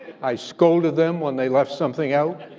i scolded them when they left something out.